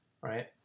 Right